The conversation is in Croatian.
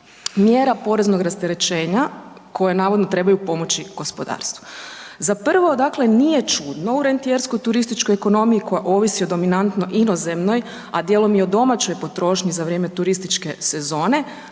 mjera poreznog rasterećenja koje navodno trebaju pomoći gospodarstvu. Za prvo, dakle nije čudno u rentijerskoj turističkoj ekonomiji koja ovisi o dominantno inozemnoj, a dijelom i o domaćoj potrošnji za vrijeme turističke sezone.